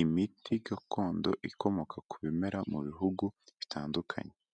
imiti gakondo ikomoka ku bimera mu bihugu bitandukanye.